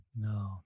no